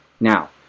Now